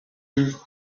you